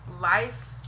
life